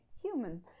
human